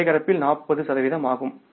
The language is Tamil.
சேகரிப்பில் 40 சதவீதம் எவ்வளவு